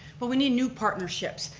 but we need new partnerships.